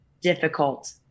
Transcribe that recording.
difficult